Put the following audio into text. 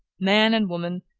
man and woman,